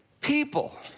people